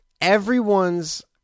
everyone's